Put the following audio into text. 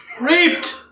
Raped